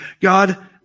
God